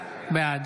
בעד